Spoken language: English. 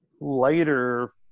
later